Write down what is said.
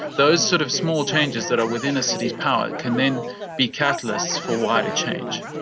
those sort of small changes that are within a city's power can then be catalysts for wider change.